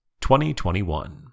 2021